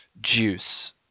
Juice